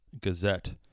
Gazette